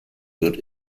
wird